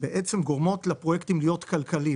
גורמות לפרויקטים להיות כלכליים,